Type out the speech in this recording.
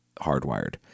Hardwired